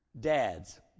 Dads